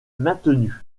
maintenue